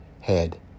head